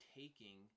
taking